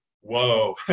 whoa